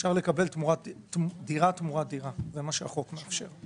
אפשר לקבל דירה תמורת דירה, זה מה שהחוק מאפשר.